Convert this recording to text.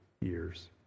years